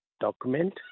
document